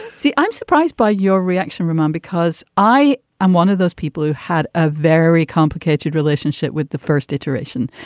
see, i'm surprised by your reaction, reman, because i am one of those people who had a very complicated relationship with the first iteration.